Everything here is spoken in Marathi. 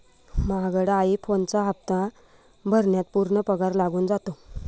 महागडा आई फोनचा हप्ता भरण्यात पूर्ण पगार लागून जातो